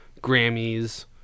Grammys